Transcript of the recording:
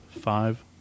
five